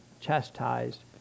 chastised